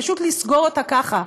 פשוט לסגור אותה ככה,